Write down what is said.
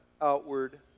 outward